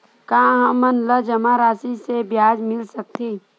का हमन ला जमा राशि से ब्याज मिल सकथे?